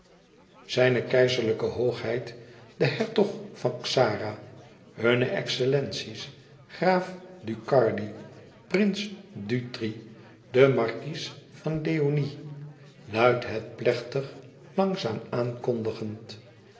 zijne keizerlijke hoogheid de hertog van xara hunne excellenties graaf ducardi prins dutri de markies van leoni luidt het plechtig langzaam aangekondigd